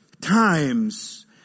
times